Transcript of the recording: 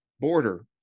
border